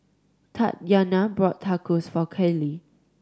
Tatyana bought Tacos for Cale